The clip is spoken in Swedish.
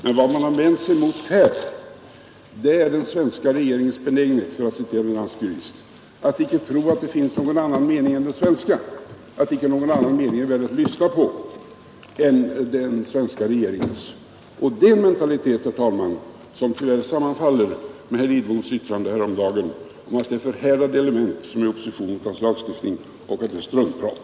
Men vad man vänt sig mot i detta sammanhang är den svenska regeringens benägenhet, för att citera en dansk jurist, att inte tro att det finns någon annan mening än den svenska; inte någon annan mening är värd att lyssna på än den svenska regeringens. Det är en mentalitet, herr talman, som tyvärr sammanfaller med herr Lidboms yttranden häromdagen om att det är förhärdade element som är i opposition mot hans lagstiftning och hans ord om att det är ”struntprat”.